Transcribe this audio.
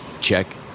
check